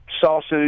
sausage